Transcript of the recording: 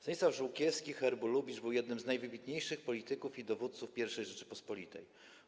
Stanisław Żółkiewski herbu Lubicz był jednym z najwybitniejszych polityków i dowódców I Rzeczypospolitej.